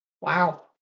Wow